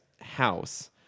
house